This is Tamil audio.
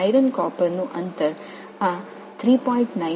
இரும்பு காப்பரின் தூரம் 3